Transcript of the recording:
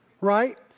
right